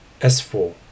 S4